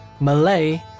Malay